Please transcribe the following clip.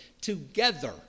together